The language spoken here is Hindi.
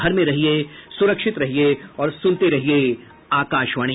घर में रहिये सुरक्षित रहिये और सुनते रहिये आकाशवाणी